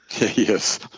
Yes